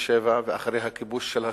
ב-1967 ואחרי הכיבוש של השטחים,